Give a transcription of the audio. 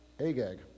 Agag